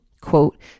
quote